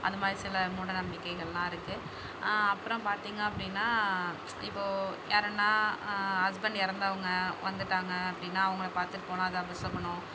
அந்த மாதிரி சில மூடநம்பிக்கையெல்லா இருக்குது அப்புறம் பார்த்தீங்க அப்படின்னா இப்போது யாரென்னா ஹஸ்பெண்ட் இறந்தவங்க வந்துட்டாங்க அப்படின்னா அவங்களை பார்த்துட்டு போனால் அது அபசகுனம்